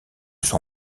son